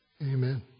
Amen